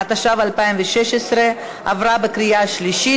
התשע"ו 2016,